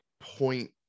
point